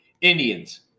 Indians